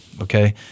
Okay